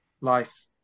life